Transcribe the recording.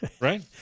Right